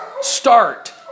start